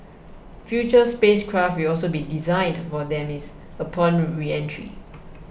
future spacecraft will also be designed for demise upon reentry